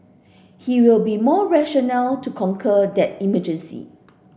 he will be more rational to conquer that emergency